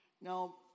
Now